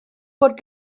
bod